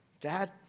Dad